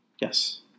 Yes